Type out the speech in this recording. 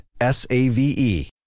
S-A-V-E